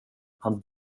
han